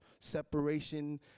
separation